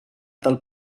del